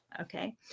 okay